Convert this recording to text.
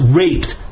raped